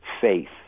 faith